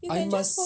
I must